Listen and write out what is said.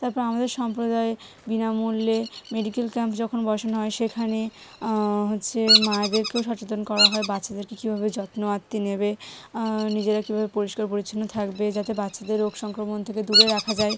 তারপর আমাদের সম্প্রদায়ে বিনামূল্যে মেডিকেল ক্যাম্প যখন বসানো হয় সেখানে হচ্ছে মায়েদেরকেও সচেতন করা হয় বাচ্চাদেরকে কীভাবে যত্নআত্তি নেবে নিজেরা কীভাবে পরিষ্কার পরিচ্ছন্ন থাকবে যাতে বাচ্চাদের রোগ সংক্রমণ থেকে দূরে রাখা যায়